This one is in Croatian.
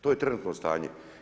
To je trenutno stanje.